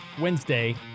wednesday